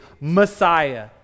Messiah